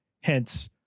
hence